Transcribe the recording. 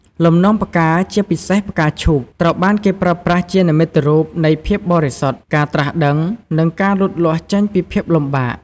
លំនាំផ្កា ជាពិសេស ផ្កាឈូក ត្រូវបានគេប្រើប្រាស់ជានិមិត្តរូបនៃភាពបរិសុទ្ធ ការត្រាស់ដឹង និងការលូតលាស់ចេញពីភាពលំបាក។